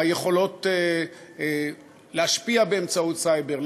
היכולות להשפיע באמצעות סייבר,